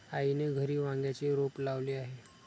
आईने घरी वांग्याचे रोप लावले आहे